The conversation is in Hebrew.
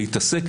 להתעסק,